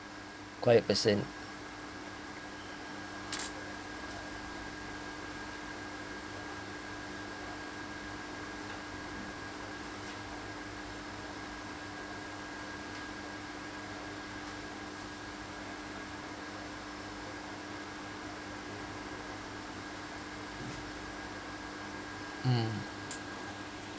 quiet person mm